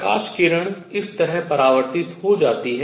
प्रकाश किरण इस तरह परावर्तित हो जाती है